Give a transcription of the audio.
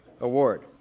Award